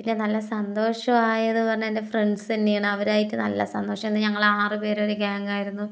പിന്നെ നല്ല സന്തോഷമോ ആയത് പറഞ്ഞാൽ എൻ്റെ ഫ്രണ്ട്സ് തന്നെയാണ് അവരായിട്ട് നല്ല സന്തോഷമോ ഞങ്ങൾ ആറ് പേര് ഒരു ഗ്യാങ്ങായിരുന്നു